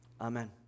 Amen